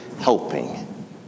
helping